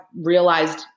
realized